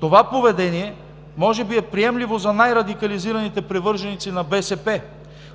Това поведение може би е приемливо за най-радикализираните привърженици на БСП,